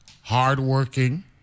hardworking